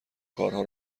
کارها